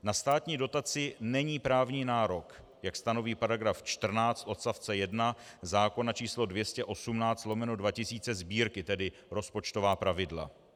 Na státní dotaci není právní nárok, jak stanoví § 14 odst. 1 zákona č. 218/2000 Sb., tedy rozpočtová pravidla.